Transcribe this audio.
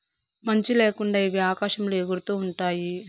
మంచి ల్యాకుండా ఇవి ఆకాశంలో ఎగురుతూ ఉంటాయి